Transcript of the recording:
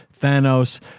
Thanos